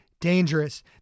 dangerous